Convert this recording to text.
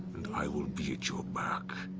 and i will be at your back.